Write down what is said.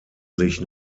sich